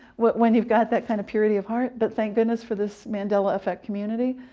when you've got that kind of purity of heart. but thank goodness for this mandela effect community.